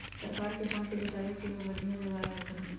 सरकार के फंड जुटावे के एगो बढ़िया जोगार आयकर हई